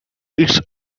its